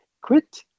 quit